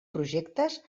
projectes